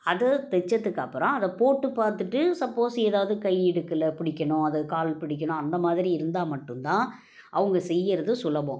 அதை தைச்சத்துக்கப்புறம் அதை போட்டுப் பார்த்துட்டு சப்போஸ் எதாவது கை இடுக்கில் பிடிக்கணும் அதை கால் பிடிக்கணும் அந்த மாதிரி இருந்தால் மட்டும் தான் அவங்க செய்கிறது சுலபம்